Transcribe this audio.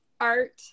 art